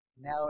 Now